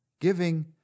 Giving